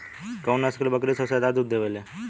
कउन नस्ल के बकरी सबसे ज्यादा दूध देवे लें?